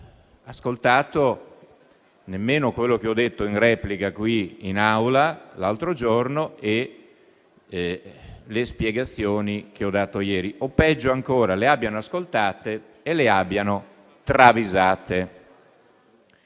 abbiano ascoltato nemmeno quello che ho detto in replica qui in Aula l'altro giorno e le spiegazioni che ho dato ieri, o, peggio ancora, le abbiano ascoltate e travisate.